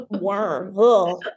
worm